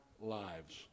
lives